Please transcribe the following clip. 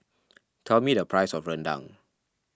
tell me the price of Rendang